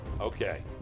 okay